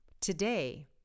Today